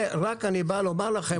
את זה אני רק בא לומר לכם,